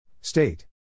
State